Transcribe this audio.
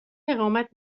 اقامت